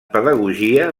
pedagogia